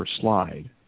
slide